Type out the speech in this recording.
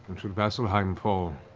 should vasselheim fall,